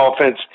offense